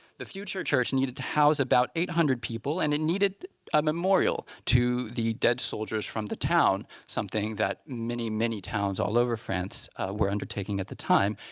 the future church needed to house about eight hundred people, and it needed a memorial to the dead soldiers from the town something that many, many towns all over france were undertaking at the time.